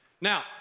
Now